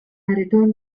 returned